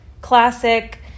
classic